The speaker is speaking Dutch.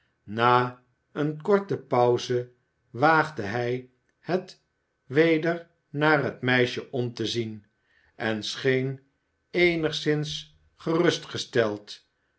na eene korte pauze waagde hij het weder naar het meisje om te zien en scheen eenigszins